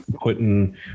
putting